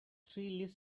three